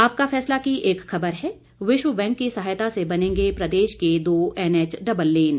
आपका फैसला की एक खबर है विश्व बैंक की सहायता से बनेंगे प्रदेश के दो एनएच डबललेन